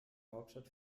hauptstadt